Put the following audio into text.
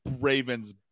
Ravens